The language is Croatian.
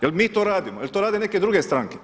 Je li mi to radimo, je li to rade neke druge stranke?